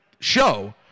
show